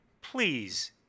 Please